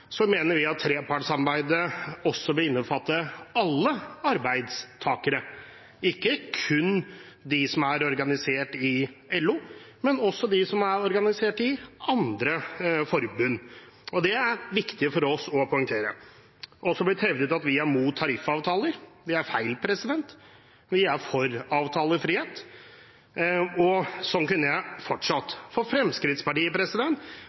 mener vi at trepartssamarbeidet bør innbefatte alle arbeidstakere – ikke kun de som er organisert i LO, men også de som er organisert i andre forbund. Det er det viktig for oss å poengtere. Det er også blitt hevdet at vi er imot tariffavtaler. Det er feil. Vi er for avtalefrihet. Slik kunne jeg